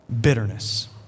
bitterness